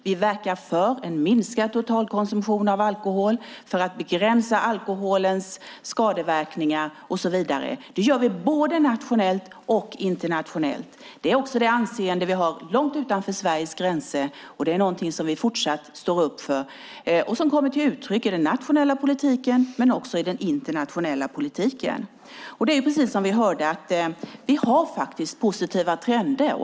Vi verkar för en minskad totalkonsumtion av alkohol för att begränsa alkoholens skadeverkningar och så vidare. Det gör vi både nationellt och internationellt. Det är också det anseende vi har långt utanför Sveriges gränser och något som vi fortsatt står upp för. Det kommer till uttryck i den nationella politiken men också i den internationella politiken. Som vi hörde har vi positiva trender.